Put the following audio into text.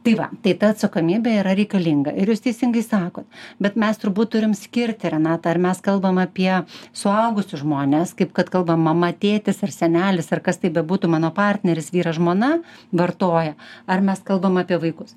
tai va tai ta atsakomybė yra reikalinga ir jūs teisingai sakot bet mes turbūt turim skirti renata ar mes kalbam apie suaugusius žmones kaip kad kalbam mama tėtis ar senelis ar kas tai bebūtų mano partneris vyras žmona vartoja ar mes kalbam apie vaikus